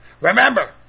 remember